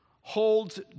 holds